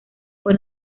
fue